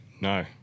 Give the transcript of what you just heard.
No